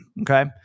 okay